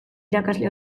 irakasle